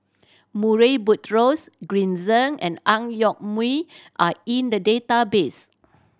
Murray Buttrose Green Zeng and Ang Yoke Mooi are in the database